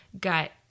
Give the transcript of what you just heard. gut